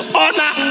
honor